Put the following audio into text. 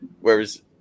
whereas